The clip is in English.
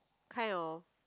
kind of